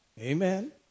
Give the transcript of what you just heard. Amen